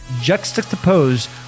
juxtaposed